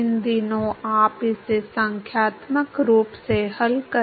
तो अगर मुझे लंबाई में घर्षण गुणांक मिल जाए